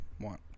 want